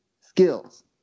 skills